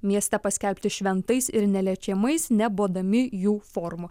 mieste paskelbti šventais ir neliečiamais nebodami jų formų